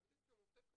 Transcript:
עובדים שהם עובדי קבלן.